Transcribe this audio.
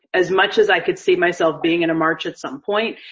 as much as i could see myself being in a march at some point,